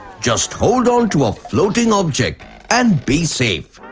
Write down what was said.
just hold onto a floating object and be safe.